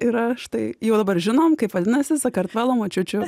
yra štai jau dabar žinom kaip vadinasi sakartvelo močiučių